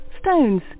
stones